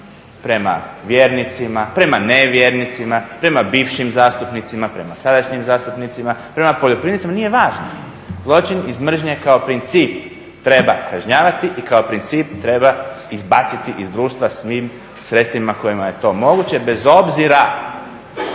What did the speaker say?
prema vjernicima, prema nevjernicima, prema bivšim zastupnicima, prema sadašnjim zastupnicima, prema poljoprivrednicima, nije važno. Zločin iz mržnje kao princip treba kažnjavati i kao princip treba izbaciti iz društva svim sredstvima kojima je to moguće, bez obzira